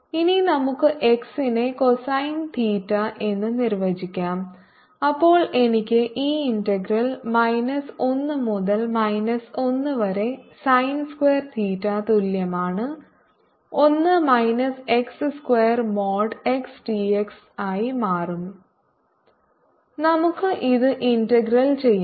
ഇനി നമുക്ക് x നെ കോസൈൻ തീറ്റ എന്ന് നിർവചിക്കാം അപ്പോൾ എനിക്ക് ഈ ഇന്റഗ്രൽ മൈനസ് 1 മുതൽ മൈനസ് 1 വരെ സൈൻ സ്ക്വയർ തീറ്റ തുല്യമാണ് 1 minus x square mod x d x സായി മാറും 0cosθdθ0cosθsin θdθ 0θ|cos θ|d cos θ 1 11 X2XdX 111 X2XdX where Xcos θ നമുക്ക് ഇത് ഇന്റഗ്രൽ ചെയ്യാം